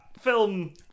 film